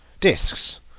discs